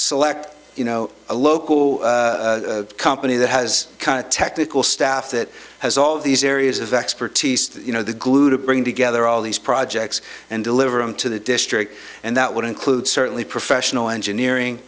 select you know a local company that has kind of technical staff that has all these areas of expertise you know the glue to bring together all these projects and deliver them to the district and that would include certainly professional engineering